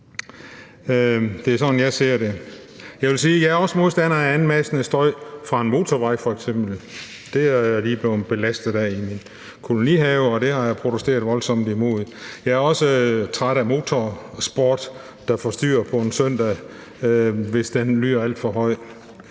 jeg også er modstander af anmassende støj fra f.eks. en motorvej. Det er jeg lige blevet belastet af i min kolonihave, og det har jeg protesteret voldsomt imod. Jeg er også træt af motorsport, der forstyrrer på en søndag, hvis lyden er alt for høj.